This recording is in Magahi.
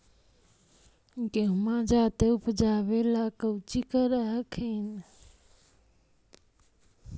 गेहुमा जायदे उपजाबे ला कौची कर हखिन?